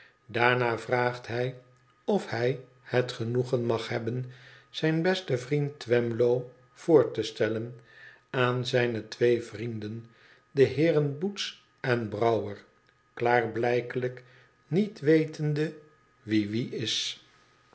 daarna vraagt hij of hij het genoegen mag hebben zijn besten vriend twemlow voor te stellen aan zijne twee vrienden de heeren boots en brouwer klaarblijkelijk niet wetende wie wie is